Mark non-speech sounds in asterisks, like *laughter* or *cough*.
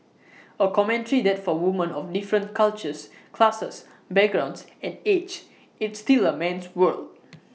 *noise* A commentary that for women of different cultures classes backgrounds and age it's still A man's world *noise*